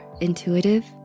intuitive